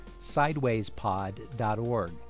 sidewayspod.org